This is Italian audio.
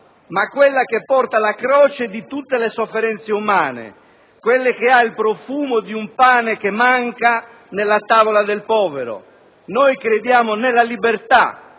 ma quella che porta la croce di tutte le sofferenze umane, quella che ha il profumo di un pane che manca nella tavola del povero. Noi crediamo nella libertà,